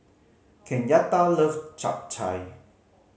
Kenyatta love Japchae